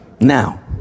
now